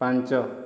ପାଞ୍ଚ